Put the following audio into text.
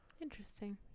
Interesting